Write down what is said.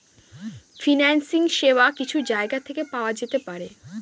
financing সেবা কিছু জায়গা থেকে পাওয়া যেতে পারে